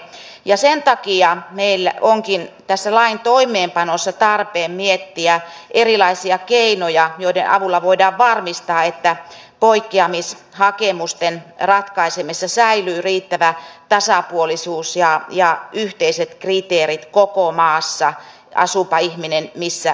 ja sen takia meillä onkin tässä lain toimeenpanossa tarpeen miettiä erilaisia keinoja joiden avulla voidaan varmistaa että poikkeamishakemusten ratkaisemisessa säilyy riittävä tasapuolisuus ja yhteiset kriteerit koko maassa asuupa ihminen missä tahansa